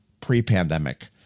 pre-pandemic